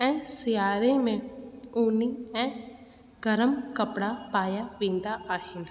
ऐं सियारे में ऊनी ऐं गर्मु कपिड़ा पाया वेंदा आहिनि